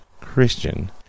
Christian